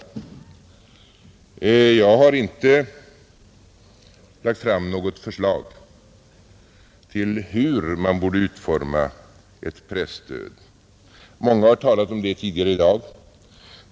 Jag har inte lagt fram något förslag om hur man borde utforma ett presstöd. Många har talat om det tidigare i dag.